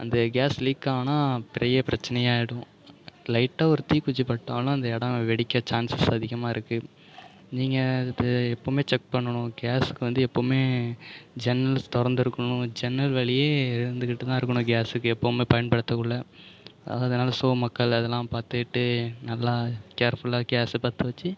அந்த gas leak ஆனால் பெரிய பிரச்சனையாகிடும் லைட்டாக ஒரு தீக்குச்சி பட்டாலும் அந்த இடம் வெடிக்க சான்சஸ் அதிகமாக இருக்கு நீங்கள் அது எப்பவுமே செக் பண்ணணும் கேஸுக்கு வந்து எப்பவுமே ஜன்னல் திறந்துருக்குணும் ஜன்னல் வழியே இருந்துகிட்டு தான் இருக்கணும் கேஸுக்கு எப்பவுமே பயன்படுத்தக்குள்ளே அதனால் ஸோ மக்கள் அதெல்லாம் பார்த்துக்கிட்டு நல்லா கேர்ஃபுல்லாக கேஸை பற்ற வச்சு